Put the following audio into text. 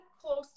close